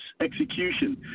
execution